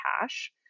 cash